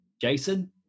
Jason